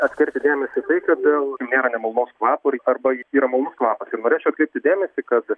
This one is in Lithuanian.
atskirti dėmesį į tai kad dėl nėra nemalonaus kvapo arba jis yra malonus kvapas ir norėčiau atkreipti dėmesį kad